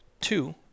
Two